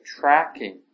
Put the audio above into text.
tracking